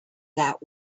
that